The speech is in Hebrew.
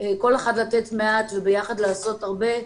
כל אחד לתת מעט וביחד לעשות הרבה,